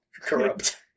corrupt